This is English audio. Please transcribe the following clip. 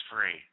free